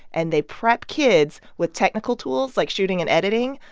and they prep kids with technical tools, like shooting and editing,